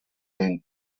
den